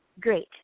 great